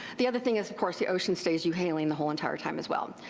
the other thing is of course the ocean stays euhaline the whole entire time as well.